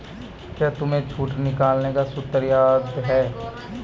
क्या तुम्हें छूट निकालने का सूत्र याद है?